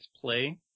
play